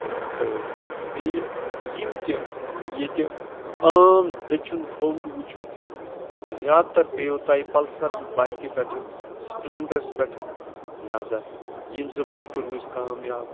تہٕ بیٚیہِ یِم تہِ ییٚتہِ عام دٔچھُن کھوٚوُر وُچھِو تُہۍ زیادٕ تر پیٚوٕ تۄہہِ پَلسرن بایکہِ پٮ۪ٹھ سِپلینڈرَس پٮ۪ٹھ نظر یِم زٕ بایکہٕ روٗز کامیاب